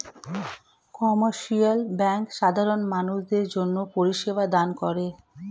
commercial bank সাধারণ মানুষদের জন্যে পরিষেবা দান করে